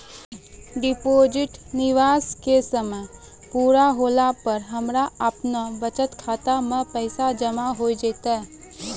Deposit निवेश के समय पूरा होला पर हमरा आपनौ बचत खाता मे पैसा जमा होय जैतै?